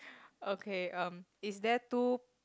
okay um is there two